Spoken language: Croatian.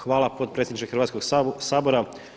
Hvala potpredsjedniče Hrvatskog sabora.